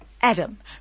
Adam